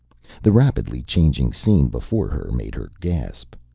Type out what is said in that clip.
the rapidly changing scene before her made her gasp.